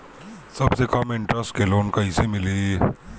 सबसे कम इन्टरेस्ट के लोन कइसे मिली?